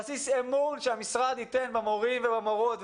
לכך דרוש אמון שהמשרד ייתן במורים ובמורות,